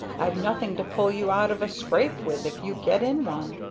i've nothing to pull you out of a scrape with if you get in one.